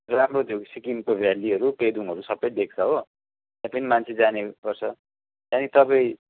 राम्रो भ्यू सिक्किमको भेल्लीहरू पेदुङहरू सबै देख्छ हो त्यहाँ पनि मान्छेहरू जाने गर्छ त्यहाँदेखि तपाईँ